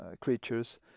creatures